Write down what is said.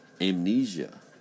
amnesia